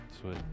Sweet